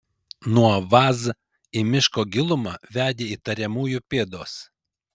nuo vaz į miško gilumą vedė įtariamųjų pėdos